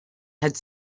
had